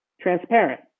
transparent